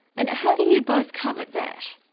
and how do you both come at that?